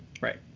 right